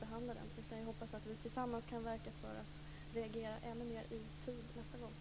Jag hoppas att vi tillsammans kan verka för att reagera ännu mer i tid nästa gång.